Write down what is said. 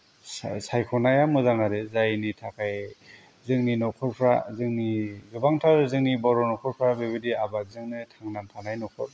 सायख'नाया मोजां आरो जायनि थाखाय जोंनि न'खरफ्रा जोंनि गोबांथार जोंनि बर' न'खरफ्रा बेबायदि आबाद मावनानै थांनानै थानाय न'खर